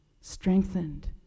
strengthened